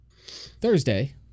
Thursday